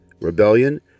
rebellion